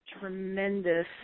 tremendous